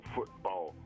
Football